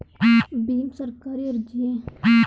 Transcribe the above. ಭೀಮ್ ಸರ್ಕಾರಿ ಅರ್ಜಿಯೇ?